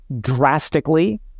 drastically